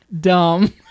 dumb